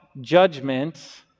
judgment